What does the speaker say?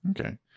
Okay